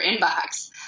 inbox